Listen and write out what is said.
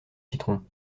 citron